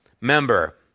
member